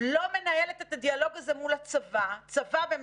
לא מנהלת את הדיאלוג הזה מול צבא במדינה